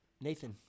Nathan